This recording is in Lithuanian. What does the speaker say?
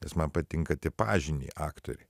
nes man patinka tipažiniai aktoriai